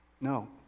No